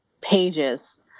pages